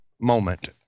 moment